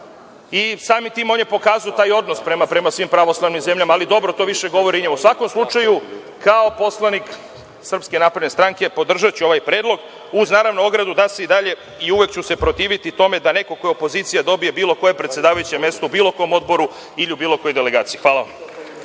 Samim tim on je pokazao taj odnos prema svim pravoslavnim zemljama, ali dobro to više govori o njemu.U svakom slučaju, kao poslanik Srpske napredne stranke, podržaću ovaj predlog uz, naravno, ogradu i uvek ću se protiviti tome da neko ko je opozicija dobije bilo koje predsedavajuće mesto u bilo kom odboru ili u bilo kojoj delegaciji. Hvala vam.